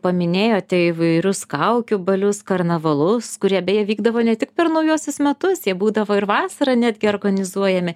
paminėjote įvairius kaukių balius karnavalus kurie beje vykdavo ne tik per naujuosius metus jie būdavo ir vasarą netgi organizuojami